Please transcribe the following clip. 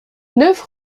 neuf